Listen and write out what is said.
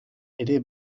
ere